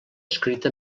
escrita